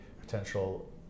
potential